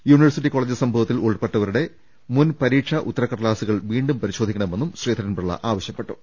university college സംഭവത്തിൽ ഉൾപ്പെട്ടവരുടെ മുൻ പരീക്ഷാ ഉത്തര ട ക്കടലാസുകൾ വീണ്ടും പരിശോധിക്കണമെന്നും ശ്രീധരൻപിള്ള ആവശ്യപ്പെട്ടു